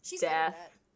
death